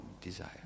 desire